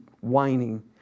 whining